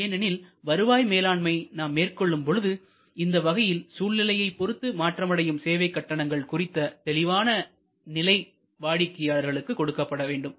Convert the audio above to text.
ஏனெனில் வருவாய் மேலாண்மை நாம் மேற்கொள்ளும் பொழுது இந்த வகையில் சூழ்நிலையை பொருத்து மாற்றமடையும் சேவைக் கட்டணங்கள் குறித்த தெளிவான நிலை வாடிக்கையாளர்களுக்கு கொடுக்கப்பட வேண்டும்